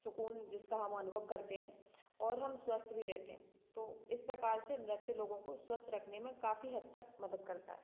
सुकून जिसका हम अनुभव करते हैं और हम स्वस्थ भी रहते हैं तो इस प्रकार से नृत्य लोगों को स्वस्थ रखने में काफ़ी हद तक मदद करता है